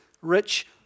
Rich